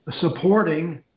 supporting